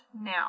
now